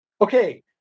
Okay